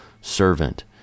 servant